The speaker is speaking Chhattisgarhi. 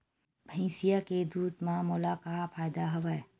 भैंसिया के दूध म मोला का फ़ायदा हवय?